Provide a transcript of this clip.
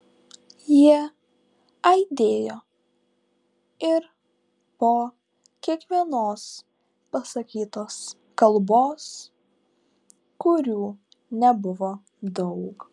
jie aidėjo ir po kiekvienos pasakytos kalbos kurių nebuvo daug